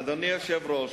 אדוני היושב-ראש,